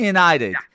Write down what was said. United